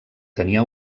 tenia